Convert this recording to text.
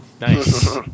Nice